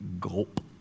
Gulp